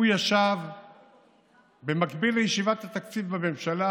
הוא ישב במקביל לישיבת התקציב בממשלה,